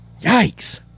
Yikes